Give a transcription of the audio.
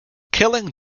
killing